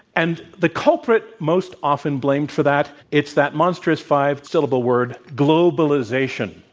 and the culprit most often blamed for that, it's that monstrous five-syllable word, globalization,